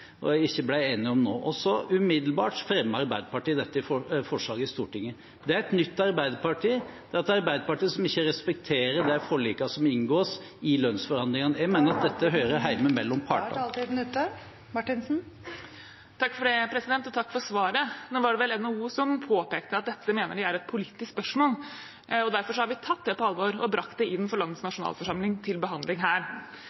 og ble ikke enige om nå. Så, umiddelbart, fremmer Arbeiderpartiet dette forslaget i Stortinget. Det er et nytt Arbeiderparti, det er et Arbeiderparti som ikke respekterer de forlikene som inngås i lønnsforhandlingene. Jeg mener dette hører hjemme mellom partene. Takk for svaret. Nå var det vel NHO som påpekte at dette mener de er et politisk spørsmål. Derfor har vi tatt det på alvor og brakt det inn for landets nasjonalforsamling til behandling her.